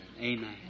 Amen